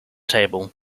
table